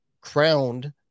crowned